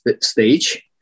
stage